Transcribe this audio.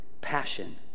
passion